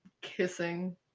kissing